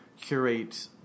curate